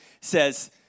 says